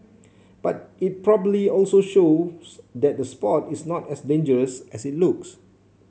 but it probably also shows that the sport is not as dangerous as it looks